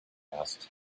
asked